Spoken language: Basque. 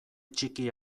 txiki